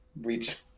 reach